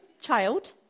Child